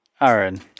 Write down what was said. Aaron